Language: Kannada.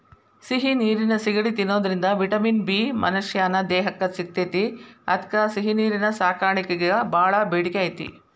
ಸಿಹಿ ನೇರಿನ ಸಿಗಡಿ ತಿನ್ನೋದ್ರಿಂದ ವಿಟಮಿನ್ ಬಿ ಮನಶ್ಯಾನ ದೇಹಕ್ಕ ಸಿಗ್ತೇತಿ ಅದ್ಕ ಸಿಹಿನೇರಿನ ಸಾಕಾಣಿಕೆಗ ಬಾಳ ಬೇಡಿಕೆ ಐತಿ